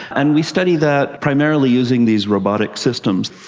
and we study that primarily using these robotic systems.